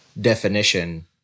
definition